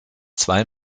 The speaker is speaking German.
zwei